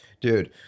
Dude